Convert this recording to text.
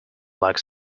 like